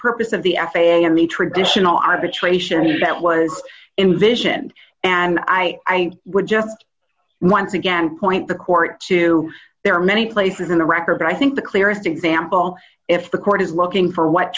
purpose of the f a and the traditional arbitration that was in vision and i would just once again point the court to there are many places in the record i think the clearest example if the court is looking for what